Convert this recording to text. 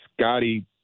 Scotty